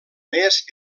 més